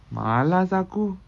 malas aku